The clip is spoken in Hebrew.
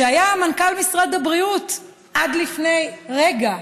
שהיה מנכ"ל משרד הבריאות עד לפני רגע,